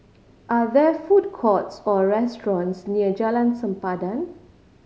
are there food courts or restaurants near Jalan Sempadan